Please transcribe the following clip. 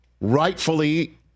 rightfully